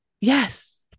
yes